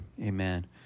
amen